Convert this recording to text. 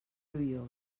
joiós